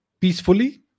peacefully